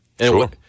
Sure